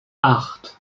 acht